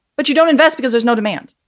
but you don't invest because there's no demand.